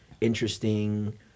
interesting